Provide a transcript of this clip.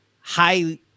high